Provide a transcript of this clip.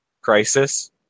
crisis